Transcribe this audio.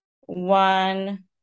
one